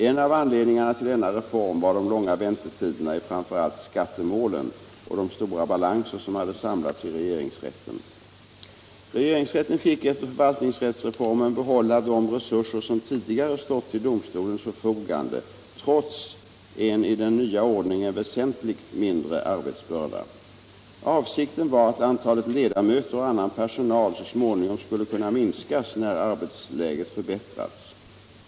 En av anledningarna till denna reform var de långa väntetiderna i framför allt skattemålen och de stora balanser som hade samlats i regeringsrätten. Regeringsrätten fick efter förvaltningsrättsreformen behålla de resurser som tidigare stått till domstolens förfogande, trots en i den nya ordningen väsentligt mindre arbetsbörda. Avsikten var att antalet ledamöter och annan personal så småningom skulle kunna minskas när arbetsläget förbättrats.